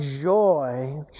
joy